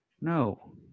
No